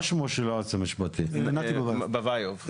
בביוב,